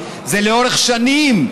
זה לאורך שנים,